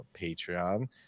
Patreon